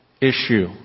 issue